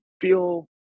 feel